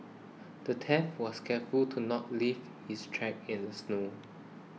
the thief was careful to not leave his tracks in the snow